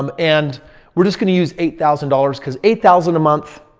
um and we're just going to use eight thousand dollars because eight thousand a month,